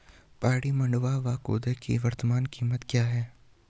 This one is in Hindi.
पहाड़ी मंडुवा या खोदा की वर्तमान कीमत क्या है?